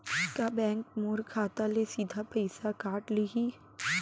का बैंक मोर खाता ले सीधा पइसा काट लिही?